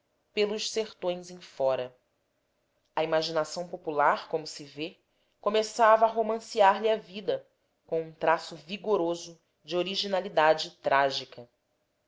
pelos sertões em fora a imaginação popular como se vê começava a romancear lhe a vida com um traço vigoroso de originalidade trágica